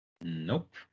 nope